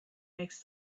makes